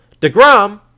DeGrom